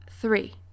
three